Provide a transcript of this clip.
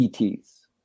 ETs